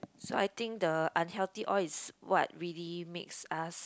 so I think the unhealthy oil is what really makes us